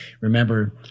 remember